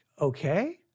okay